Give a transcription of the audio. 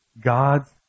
God's